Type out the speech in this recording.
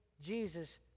Jesus